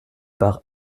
par